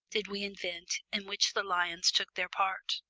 did we invent, in which the lions took their part.